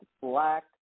black